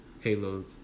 Halo